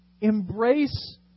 embrace